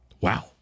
Wow